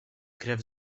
krew